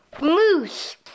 Moose